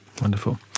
Wonderful